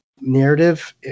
narrative